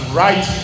right